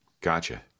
Gotcha